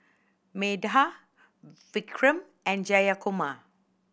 Medha Vikram and Jayakumar